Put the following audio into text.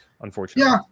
Unfortunately